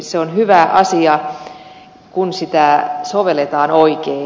se on hyvä asia kun sitä sovelletaan oikein